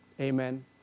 Amen